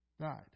died